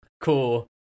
cool